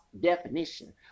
definition